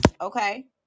okay